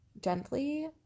gently